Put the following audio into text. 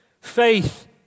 faith